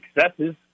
successes